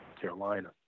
Carolina